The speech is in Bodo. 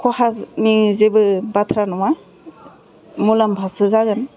खहानि जेबो बाथ्रा नङा मुलाम्फासो जागोन